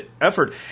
effort